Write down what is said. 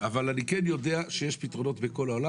אבל אני כן יודע שיש פתרונות בכל העולם